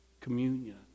Communion